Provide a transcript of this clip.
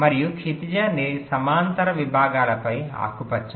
మరియు క్షితిజ సమాంతర విభాగాలపై ఆకుపచ్చ